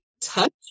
touch